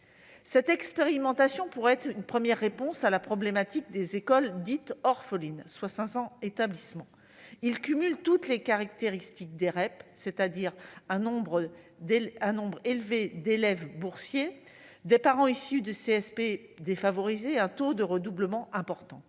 Cette expérimentation pourrait être une première réponse à la problématique des écoles dites « orphelines », soit 500 établissements. Ils cumulent toutes les caractéristiques des REP, c'est-à-dire un nombre élevé d'élèves boursiers, des parents issus de catégories socioprofessionnelles défavorisées et un taux de redoublement important.